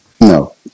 No